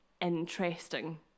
interesting